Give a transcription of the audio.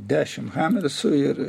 dešim hamersų ir